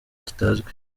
kitazwi